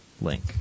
link